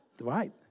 right